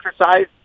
exercise